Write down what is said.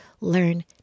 Learn